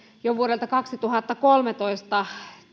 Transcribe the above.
jo vuonna kaksituhattakolmetoista